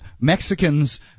Mexicans